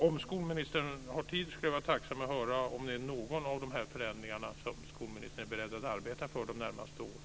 Om skolministern har tid skulle jag vara tacksam att höra om det är någon av de här förändringarna som skolministern är beredd att arbeta för under de närmaste åren.